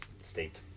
state